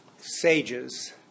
sages